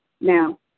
Now